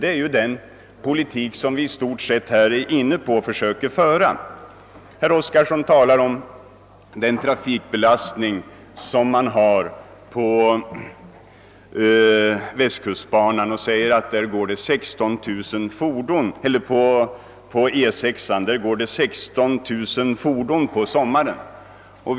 Herr Oskarson talar om att trafikbelastningen på E6 är 16 000 fordon per dygn under sommarmånaderna.